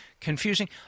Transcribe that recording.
confusing